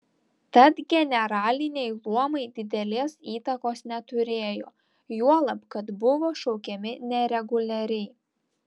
tad generaliniai luomai didelės įtakos neturėjo juolab kad buvo šaukiami nereguliariai